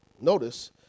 notice